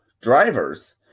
drivers